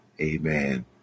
Amen